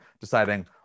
deciding